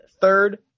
third